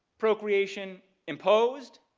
procreation imposed,